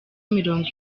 mirongo